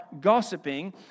gossiping